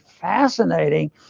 fascinating